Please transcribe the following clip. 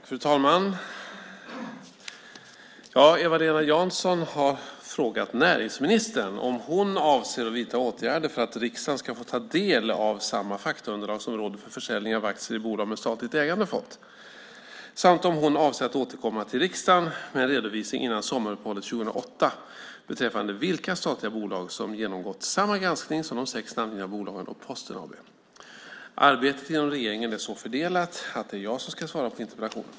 Fru talman! Eva-Lena Jansson har frågat näringsministern om hon avser att vidta åtgärder för att riksdagen ska få ta del av samma faktaunderlag som Rådet för försäljning av aktier i bolag med statligt ägande fått, samt om hon avser att återkomma till riksdagen med en redovisning innan sommaruppehållet 2008 beträffande vilka statliga bolag som genomgått samma granskning som de sex namngivna bolagen och Posten AB. Arbetet inom regeringen är så fördelat att det är jag som ska svara på interpellationen.